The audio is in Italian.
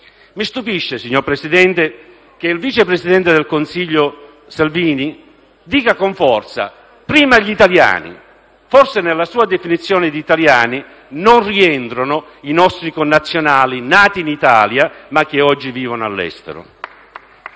Mi stupisce, signor Presidente, che il vice presidente del Consiglio Salvini dica con forza «prima gli italiani». Forse, nella sua definizione di italiani, non rientrano i nostri connazionali nati in Italia, ma che oggi vivono all'estero.